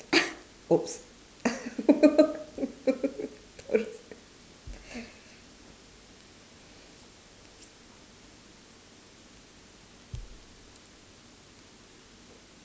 !oops!